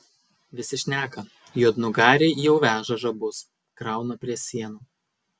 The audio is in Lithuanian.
visi šneka juodnugariai jau veža žabus krauna prie sienų